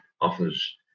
offers